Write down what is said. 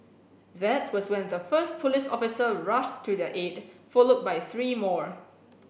that was when the first police officer rushed to their aid followed by three more